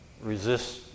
Resist